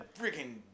freaking